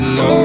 no